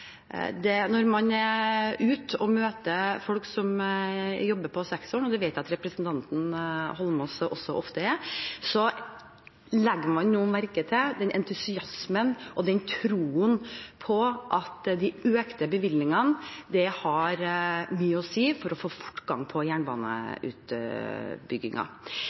budsjetter. Når man er ute og møter folk som jobber i sektoren, og det vet jeg at representanten Eidsvoll Holmås også ofte er, legger man nå merke til entusiasmen og troen på at de økte bevilgningene har mye å si for å få fortgang på